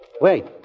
Wait